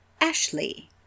Ashley